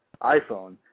iPhone